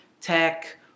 tech